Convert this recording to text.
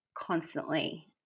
Constantly